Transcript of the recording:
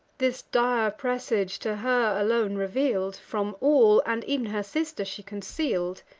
this dire presage, to her alone reveal'd, from all, and ev'n her sister, she conceal'd.